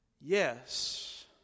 Yes